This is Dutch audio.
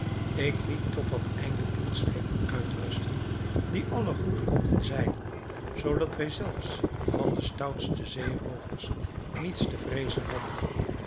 ik liet tot dat einde tien schepen uitrusten die allen goed konden zeilen zoodat wij zelfs van de stoutste zeeroovers niets te vreezen hadden